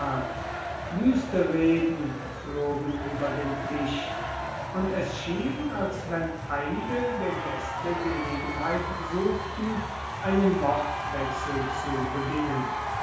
wüste reden flogen über den tisch und es schien als wenn einige der gäste gelegenheit suchten einen wortwechsel zu beginnen